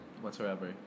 whatsoever